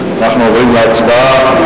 אנחנו עוברים להצבעה.